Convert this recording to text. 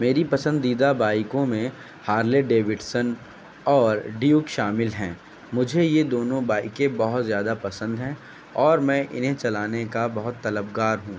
میری پسندیدہ بائیکوں میں ہارلے ڈیوڈسن اور ڈیوک شامل ہیں مجھے یہ دونوں بائیکیں بہت زیادہ پسند ہیں اور میں انہیں چلانے کا بہت طلب گار ہوں